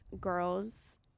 girls